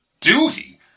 Duty